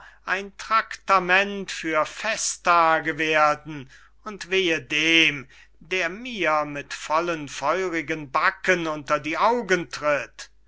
ein traktament für festtage werden und wehe dem der mir mit vollen feurigen backen unter die augen tritt